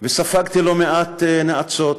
וספגתי לא מעט נאצות,